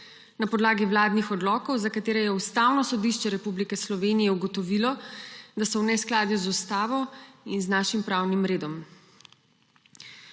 na podlagi vladnih odlokov, za katere je Ustavno sodišče Republike Slovenije ugotovilo, da so v neskladju z Ustavo in z našim pravnim redom.